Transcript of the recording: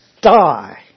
die